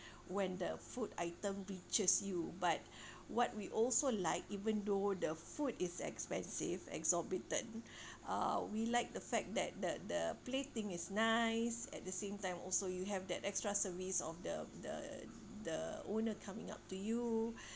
when the food item reaches you but what we also like even though the food is expensive exorbitant uh we like the fact that that the plating is nice at the same time also you have that extra service of the the the owner coming up to you